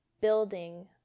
building